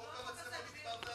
אנחנו לא מדברים על אותו חוק.